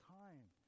time